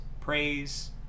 Praise